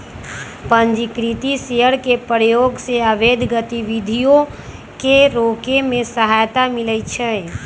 पंजीकृत शेयर के प्रयोग से अवैध गतिविधियों के रोके में सहायता मिलइ छै